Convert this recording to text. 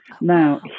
Now